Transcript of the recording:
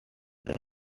trent